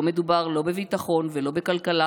לא מדובר לא בביטחון ולא בכלכלה,